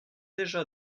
déjà